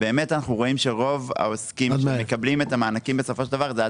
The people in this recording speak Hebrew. אנחנו רואים שרוב העוסקים שמקבלים את המענקים הם עסקים עד